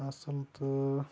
آسن تہٕ